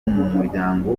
muryango